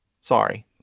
Sorry